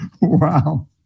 Wow